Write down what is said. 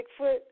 Bigfoot